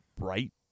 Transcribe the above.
right